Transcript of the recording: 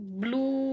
blue